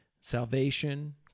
salvation